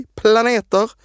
planeter